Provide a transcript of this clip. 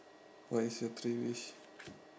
what is your three wish